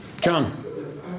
John